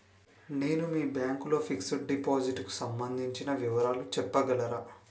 నేను మీ బ్యాంక్ లో ఫిక్సడ్ డెపోసిట్ కు సంబందించిన వివరాలు చెప్పగలరా?